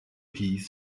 piece